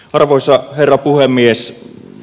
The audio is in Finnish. arvoisa herra puhemies